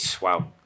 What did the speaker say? Wow